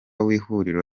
w’ihuriro